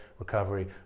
recovery